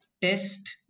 test